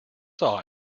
saw